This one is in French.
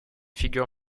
figure